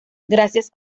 gracias